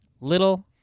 Little